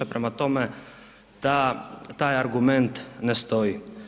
Prema tome, ta, taj argument ne stoji.